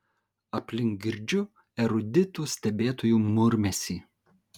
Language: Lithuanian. aplink girdžiu eruditų stebėtojų murmesį